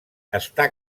està